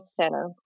center